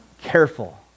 Careful